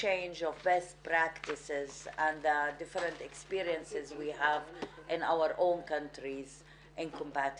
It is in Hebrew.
לגבי הניסיון שיש לנו כאן במדינת ישראל בכל הקשור